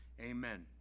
Amen